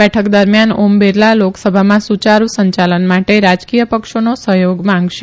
બેઠક દરમ્યાન ઓમ બિરલા લોકસભામાં સુચારુ સંચાલન માટે રાજકીય પક્ષોનો સહ્યોગ માંગશે